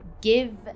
give